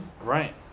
Right